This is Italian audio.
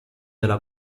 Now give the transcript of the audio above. della